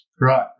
Right